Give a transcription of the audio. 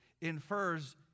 infers